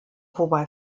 wobei